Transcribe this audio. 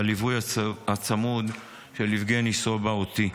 והליווי הצמוד של יבגני סובה אותי.